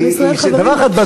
כל ישראל חברים,